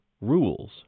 rules